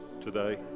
today